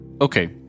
okay